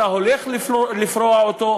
אתה הולך לפרוע אותו,